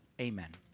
Amen